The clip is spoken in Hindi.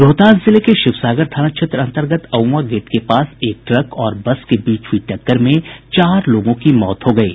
रोहतास जिले के शिवसागर थाना क्षेत्र अंतर्गत अउआं गेट के पास एक ट्रक और बस के बीच हुयी टक्कर में चार लोगों की मौत हो गयी